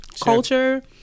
culture